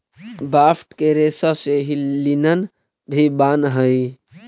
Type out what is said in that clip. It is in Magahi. बास्ट के रेसा से ही लिनन भी बानऽ हई